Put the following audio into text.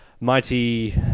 mighty